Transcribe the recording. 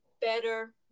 better